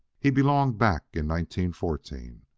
he belonged back in nineteen fourteen.